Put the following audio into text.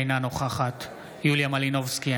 אינה נוכחת יוליה מלינובסקי,